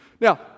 Now